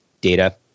data